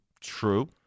True